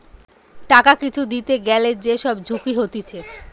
টাকা কিছু দিতে গ্যালে যে সব ঝুঁকি হতিছে